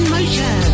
Motion